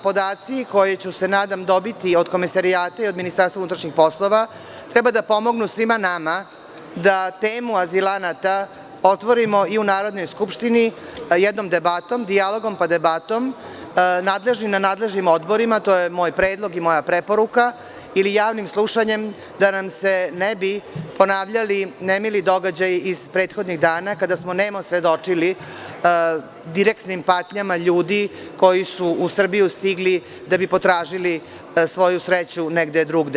Podaci koje ću, nadam se, dobiti od Komesarijata i od MUP, treba da pomognu svima nama da temu azilanata otvorimo i u Narodnoj skupštini jednom debatom, dijalogom pa debatom, nadležni na nadležnim odborima, to je moj predlog i moja preporuka, ili javnim slušanjem, da nam se ne bi ponavljali nemili događaji iz prethodnih dana, kada smo nemo svedočili direktnim patnjama ljudi, koji su u Srbiju stigli da bi potražili svoju sreću negde drugde.